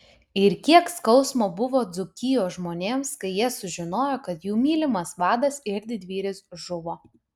ir kiek skausmo buvo dzūkijos žmonėms kai jie sužinojo kad jų mylimas vadas ir didvyris žuvo